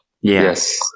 Yes